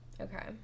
Okay